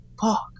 Fuck